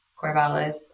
corvallis